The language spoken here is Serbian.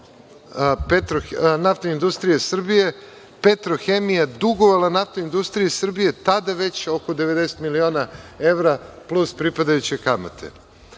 Naftne industrije Srbije, „Petrohemija“ dugovala Naftnoj industrije Srbije tada, već oko 90 miliona evra, plus pripadajuće kamate.